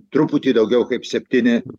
truputį daugiau kaip septyni